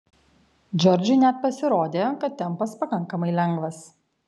džordžui net pasirodė kad tempas pakankamai lengvas